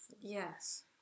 Yes